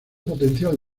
potencial